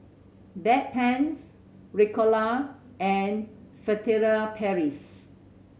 Bedpans Ricola and Furtere Paris